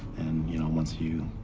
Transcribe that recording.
and, you know, once you,